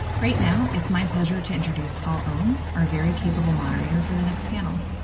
right now, it's my pleasure to introduce paul ohm our very capable moderator for the next panel.